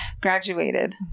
graduated